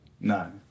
No